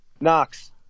Knox